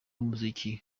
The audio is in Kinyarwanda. b’umuziki